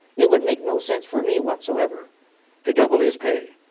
it would make no sense for me whatsoever to double his pay.